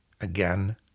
again